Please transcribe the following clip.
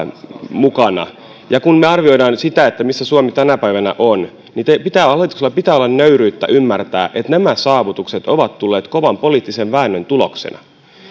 mukana ja kun me arvioimme sitä missä suomi tänä päivänä on hallituksella pitää olla nöyryyttä ymmärtää että nämä saavutukset ovat tulleet kovan poliittisen väännön tuloksena